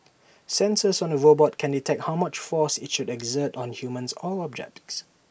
sensors on the robot can detect how much force IT should exert on humans or objects